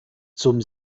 zum